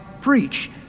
preach